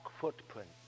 footprint